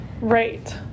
right